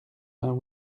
vingt